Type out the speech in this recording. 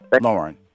Lauren